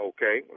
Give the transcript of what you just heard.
Okay